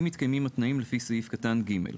אם מתקיימים התנאים לפי סעיף קטן (ג),